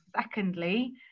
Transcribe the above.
secondly